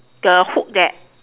the hook that